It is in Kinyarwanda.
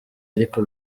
ariko